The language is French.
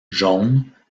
jaunes